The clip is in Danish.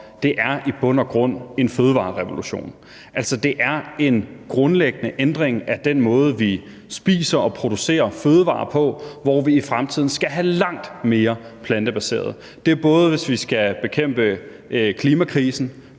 for, i bund og grund er en fødevarerevolution, altså en grundlæggende ændring af den måde, vi spiser og producerer fødevarer på, hvor vi i fremtiden skal have langt mere plantebaseret kost. Det gælder både, hvis vi skal bekæmpe klimakrisen